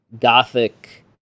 gothic